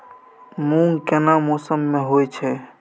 मूंग केना मौसम में होय छै?